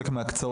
יבנה.